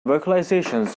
vocalizations